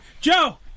Joe